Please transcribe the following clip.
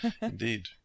Indeed